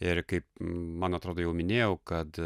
ir kaip man atrodo jau minėjau kad